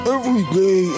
Everyday